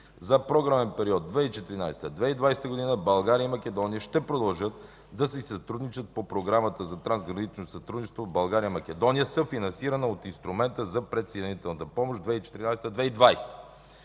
За програмния период 2014 – 2020 г. България и Македония ще продължат да си сътрудничат по програмата за трансгранично сътрудничество България – Македония, съфинансирано от Инструмента за предприсъединителната помощ 2014 – 2020 г.